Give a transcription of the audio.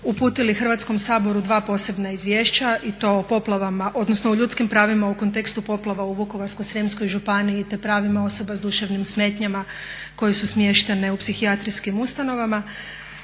uputili Hrvatskom saboru 2 posebna izvješća i to o poplavama odnosno o ljudskim pravima u kontekstu poplava u Vukovarsko-srijemskoj županiji te pravima osoba s duševnim smetnjama koje su smještene u psihijatrijskim ustanovama.